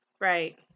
right